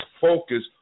focus